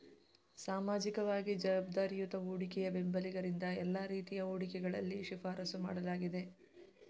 ಸಾಮಾಜಿಕವಾಗಿ ಜವಾಬ್ದಾರಿಯುತ ಹೂಡಿಕೆಯ ಬೆಂಬಲಿಗರಿಂದ ಎಲ್ಲಾ ರೀತಿಯ ಹೂಡಿಕೆಗಳಲ್ಲಿ ಶಿಫಾರಸು ಮಾಡಲಾಗಿದೆ